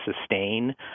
sustain